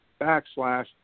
backslash